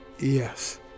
Yes